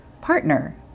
partner